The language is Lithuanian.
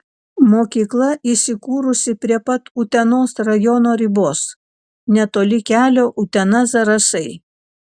mokykla įsikūrusi prie pat utenos rajono ribos netoli kelio utena zarasai